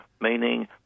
meaning